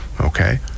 Okay